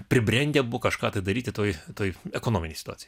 pribrendę kažką tai daryti toj toj ekonominėj situacijoj